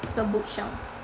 that's the bookshelf